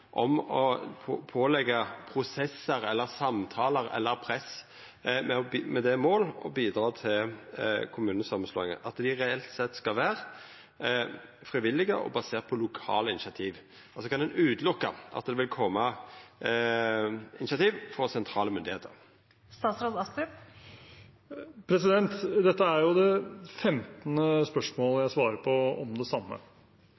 om å påleggja prosessar, samtalar eller press med det mål å bidra til kommunesamanslåingar – at dei reelt sett skal vera frivillige og baserte på lokale initiativ? Altså, kan ein utelukka at det vil koma initiativ frå sentrale myndigheiter? Dette er det femtende spørsmålet jeg svarer på om det